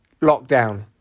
lockdown